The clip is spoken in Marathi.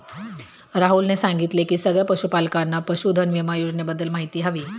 राहुलने सांगितले की सगळ्या पशूपालकांना पशुधन विमा योजनेबद्दल माहिती हवी